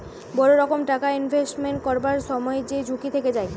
বড় রকম টাকা ইনভেস্টমেন্ট করবার সময় যেই ঝুঁকি থেকে যায়